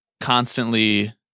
constantly